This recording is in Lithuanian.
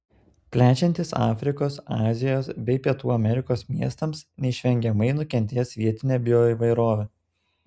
plečiantis afrikos azijos bei pietų amerikos miestams neišvengiamai nukentės vietinė bioįvairovė